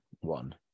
one